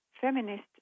feminist